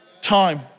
time